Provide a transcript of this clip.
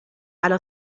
على